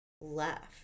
left